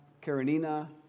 Karenina